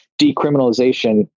decriminalization